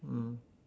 mm